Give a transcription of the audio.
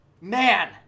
Man